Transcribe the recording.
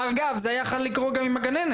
אגב, זה יכול היה לקרות גם עם הגננת.